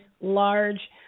large